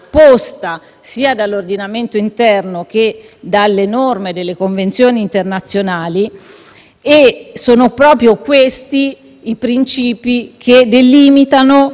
Sono proprio questi principi che delimitano il confine del giudizio a cui quest'Aula dovrà attenersi.